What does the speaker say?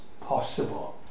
possible